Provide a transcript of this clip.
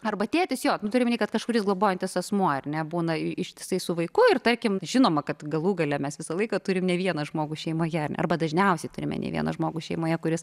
arba tėtis jo turiu omeny kad kažkuris globojantis asmuo ar ne būna ištisai su vaiku ir tarkim žinoma kad galų gale mes visą laiką turim ne vieną žmogų šeimoje arba dažniausiai turime ne vieną žmogų šeimoje kuris